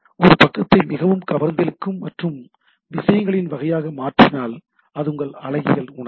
ஒரு பக்கத்தை மிகவும் கவர்ந்திழுக்கும் மற்றும் விஷயங்களின் வகையாக மாற்றினால் அது உங்கள் அழகியல் உணர்வு